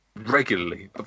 Regularly